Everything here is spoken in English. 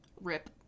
rip